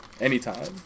anytime